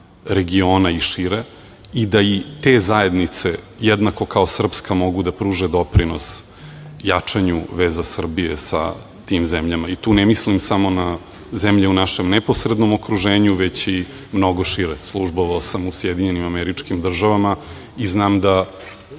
regiona i šire i da i te zajednice, jednako kao srpska, mogu da pruže doprinos jačanju veza Srbije sa tim zemljama i tu ne mislim samo na zemlje u našem neposrednom okruženju, već i mnogo šire. Službovao sam u SAD i znam u ovoj zemlji,